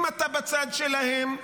אם אתה מהצד שלהם,